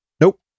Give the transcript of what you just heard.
Nope